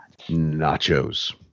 nachos